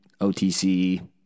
OTC